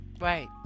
right